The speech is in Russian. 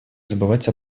забывать